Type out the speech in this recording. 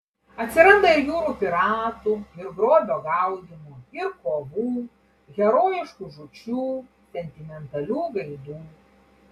atsiranda ir jūrų piratų ir grobio gaudymo ir kovų herojiškų žūčių sentimentalių gaidų